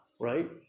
right